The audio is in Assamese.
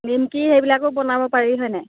নিমকি সেইবিলাকো বনাব পাৰি হয় নাই